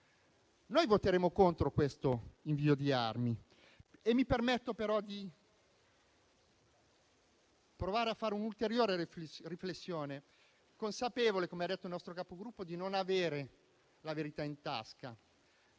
Noi voteremo contro questo invio di armi e mi permetto però di provare a fare un'ulteriore riflessione, consapevole - come ha detto il nostro Capogruppo - di non avere la verità in tasca,